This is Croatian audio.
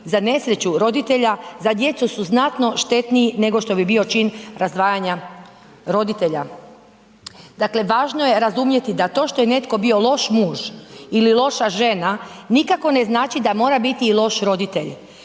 za nesreću roditelja za djecu su znatno štetniji nego što bi bio čin razdvajanja roditelja. Dakle važno je razumjeti da to što je netko bio loš muž ili loša žena nikako ne znači da mora biti i loš roditelj.